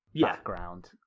background